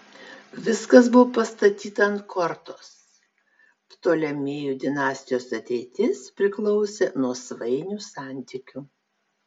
viskas buvo pastatyta ant kortos ptolemėjų dinastijos ateitis priklausė nuo svainių santykių